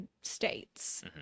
states